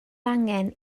angen